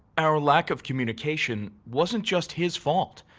our lack of communication wasn't just his fault.